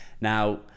Now